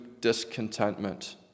discontentment